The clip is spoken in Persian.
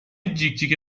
جیکجیک